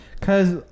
Cause